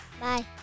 Bye